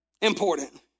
important